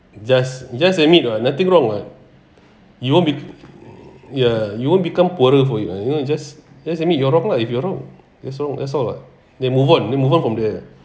just just admit [what] nothing wrong [what] you won't be ya you won't become poorer for you and you know you just just admit you're wrong lah if you're wrong as long that's all [what] then move on move on from the